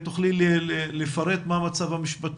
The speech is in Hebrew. אני רוצה לומר רגע, וגם היינו על זה בשיח.